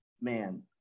man